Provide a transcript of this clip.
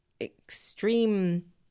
extreme